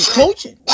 coaching